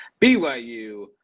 BYU